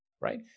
right